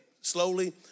slowly